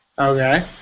Okay